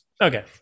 Okay